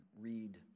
read